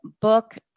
book